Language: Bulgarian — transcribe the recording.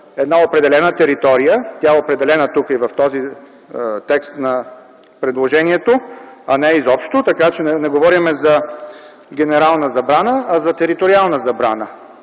една определена територия – тя е определена и в този текст на предложението, а не изобщо, така че не говорим за генерална забрана, а за териториална забрана,